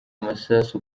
amasasu